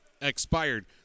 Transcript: expired